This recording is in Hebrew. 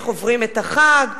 איך עוברים את החג,